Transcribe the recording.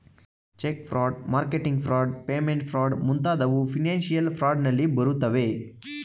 check fraud, marketing fraud, payment fraud ಮುಂತಾದವು financial fraud ನಲ್ಲಿ ಬರುತ್ತವೆ